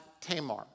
Tamar